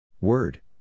Word